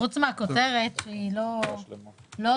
חוץ מהכותרת לקרוא